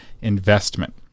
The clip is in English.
investment